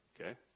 Okay